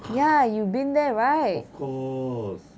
of course